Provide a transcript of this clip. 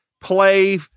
play